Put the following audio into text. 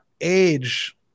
age